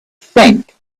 think